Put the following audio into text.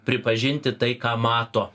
pripažinti tai ką mato